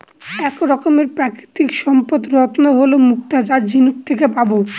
এক রকমের প্রাকৃতিক সম্পদ রত্ন হল মুক্তা যা ঝিনুক থেকে পাবো